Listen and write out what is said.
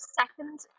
second